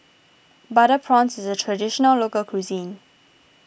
Butter Prawns is a Traditional Local Cuisine